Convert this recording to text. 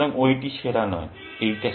সুতরাং ওই টি সেরা নয় এইটা সেরা